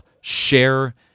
share